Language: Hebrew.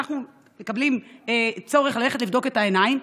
אנחנו מקבלים צורך ללכת לבדוק את העיניים,